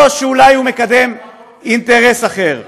או שאולי הוא מקדם אינטרס אחר?